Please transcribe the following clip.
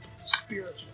spiritual